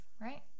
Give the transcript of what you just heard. right